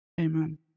Amen